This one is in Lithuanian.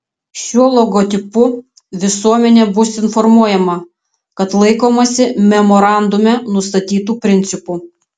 šiuo logotipu visuomenė bus informuojama kad laikomasi memorandume nustatytų principų